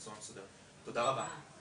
אני קורא פה בנאדם קיבל זה, ערעור נדחה.